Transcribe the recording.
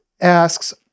asks